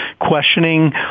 questioning